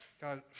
God